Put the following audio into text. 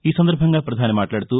ఈ సందర్బంగా ప్రధాని మాట్లాదుతూ